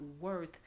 worth